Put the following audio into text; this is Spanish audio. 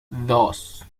dos